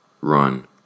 run